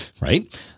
Right